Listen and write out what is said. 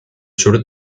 sur